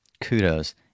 kudos